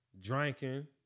drinking